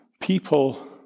people